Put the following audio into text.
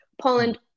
poland